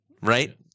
right